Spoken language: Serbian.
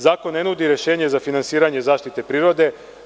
Zakon ne nudi rešenje za finansiranje zaštite prirode.